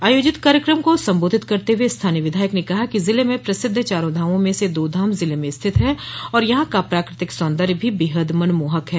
आयोजित कार्यक्रम को सम्बोधित करते हुए स्थानीय विधायक ने कहा कि जिले में प्रसिद्ध चारधामों में से दो धाम जिले में स्थित हैं और यहां का प्राकृतिक सौन्दर्य भी बेहद मनमोहक है